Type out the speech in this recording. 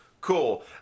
Cool